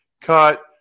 Cut